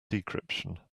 decryption